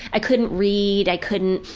i couldn't read i couldn't